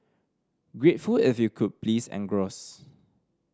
grateful if you could please engross